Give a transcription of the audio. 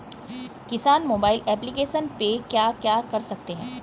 किसान mobile application पे क्या क्या कर सकते हैं?